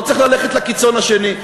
לא צריך ללכת לקיצון השני.